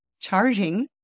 charging